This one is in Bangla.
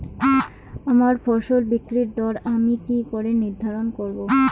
আমার ফসল বিক্রির দর আমি কি করে নির্ধারন করব?